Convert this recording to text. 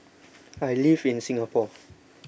I live in Singapore